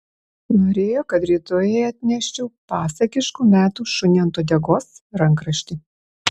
norėjo kad rytoj jai atneščiau pasakiškų metų šuniui ant uodegos rankraštį